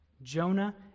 Jonah